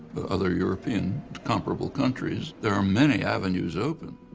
other european comparable countries, there are many avenues open,